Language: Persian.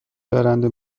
برنده